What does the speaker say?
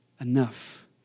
Enough